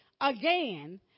again